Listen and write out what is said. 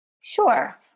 Sure